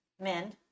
men